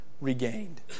regained